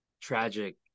tragic